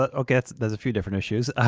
ah okay, there's a few different issues.